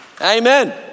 Amen